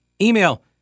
email